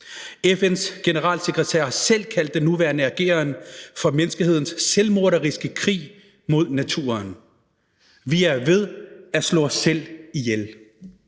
FN's generalsekretær har selv kaldt den nuværende ageren for menneskehedens selvmorderiske krig mod naturen. Vi er ved at slå os selv ihjel.